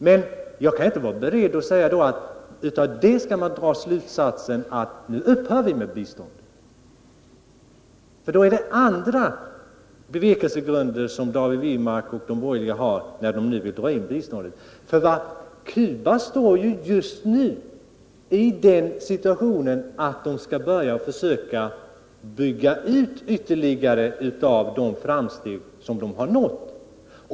Men jag kan inte vara beredd att härav dra slutsatsen att vi bör upphöra med biståndet. Det är andra bevekelsegrunder bakom David Wirmarks och andras önskan att dra in biståndet. Cuba befinner sig just nu i den situationen att det skall börja försöka att ytterligare bygga ut på basis av de framsteg som gjorts.